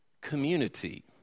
community